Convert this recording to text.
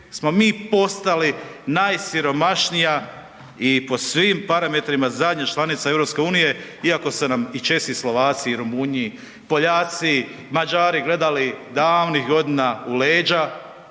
smo mi postali najsiromašnija i po svim parametrima zadnja članica EU iako su nam i Česi i Slovaci i Rumunji, Poljaci, Mađari gledali davnih godina u leđa,